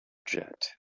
jet